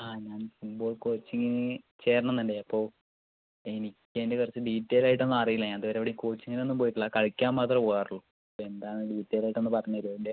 ആ ഞാൻ ഫുട്ബാൾ കോച്ചിങ്ങിനു ചേരണം എന്നുണ്ടായിരുന്നു അപ്പോൾ എനിക്കതിൻ്റെ കുറച്ചു ഡീറ്റൈൽ ആയിട്ടൊന്നും അറിയില്ല ഞനിതുവരെ എവിടേയും കോച്ചിങ്ങിനൊന്നും പോയിട്ടില്ല കളിയ്ക്കാൻ മാത്രമേ പോവാറുള്ളു എന്താണെന്ന് ഡീറ്റൈലായിട്ടൊന്നു പറഞ്ഞു തരുമോ അതിൻ്റെ